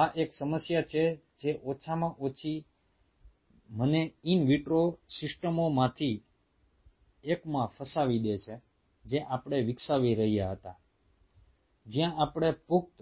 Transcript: આ એક સમસ્યા છે જે ઓછામાં ઓછી મને ઈન વિટ્રો સિસ્ટમોમાંથી એકમાં ફસાવી દે છે જે આપણે વિકસાવી રહ્યા હતા જ્યાં આપણે પુખ્ત